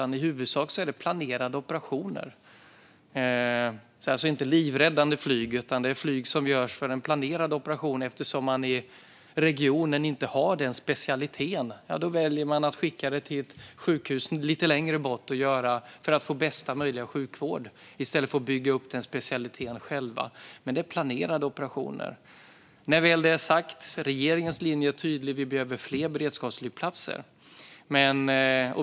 I huvudsak är det planerade operationer. Det är alltså inte livräddande flyg, utan det är flyg som görs för en planerad operation. Eftersom man inte har den specialiteten i regionen väljer man att skicka patienten till ett sjukhus lite längre bort för bästa möjliga sjukvård i stället för att bygga upp den specialiteten själv. Men det är planerade operationer. Med det sagt är regeringens linje tydlig: Vi behöver fler beredskapsflygplatser.